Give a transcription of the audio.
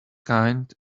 kind